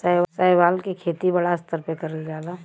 शैवाल के खेती बड़ा स्तर पे करल जाला